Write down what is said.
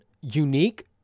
unique